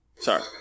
Sorry